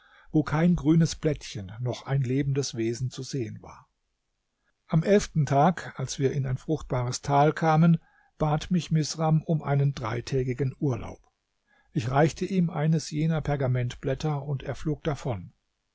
wo kein grünes blättchen noch ein lebendes wesen zu sehen war am elften tag als wir in ein fruchtbares tal kamen bat mich misram um einen dreitägigen urlaub ich reichte ihm eines jener pergamentblätter und er flog davon